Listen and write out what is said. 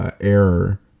error